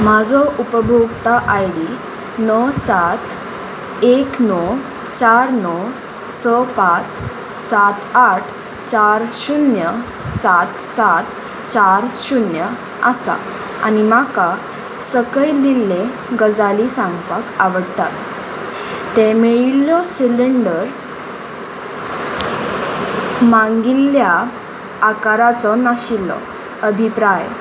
म्हाजो उपभोक्ता I D नो सात एक नो चार नो स पांच सात आठ चार शुन्य सात सात चार शुन्य आसा आनी म्हाका सकयल दिल्ले गजाली सांगपाक आवडटा ते मेळिल्लो सिलींडर मांगिल्ल्या आकाराचो नाशिल्लो अभिप्राय